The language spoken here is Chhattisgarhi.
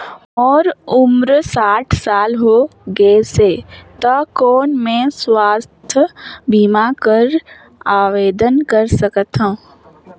मोर उम्र साठ साल हो गे से त कौन मैं स्वास्थ बीमा बर आवेदन कर सकथव?